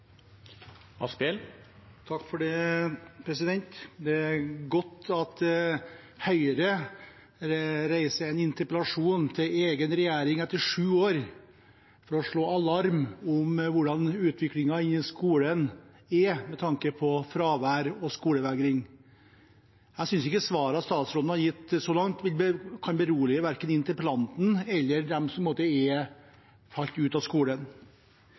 godt at Høyre reiser en interpellasjon til egen regjering etter sju år for å slå alarm om hvordan utviklingen i skolen er med tanke på fravær og skolevegring. Jeg synes ikke svarene statsråden har gitt så langt, kan berolige verken interpellanten eller dem som har falt ut av skolen.